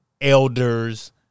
elders